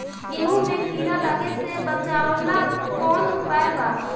गेहूँ मे कीड़ा लागे से बचावेला कौन उपाय बा?